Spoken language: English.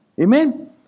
Amen